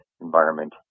environment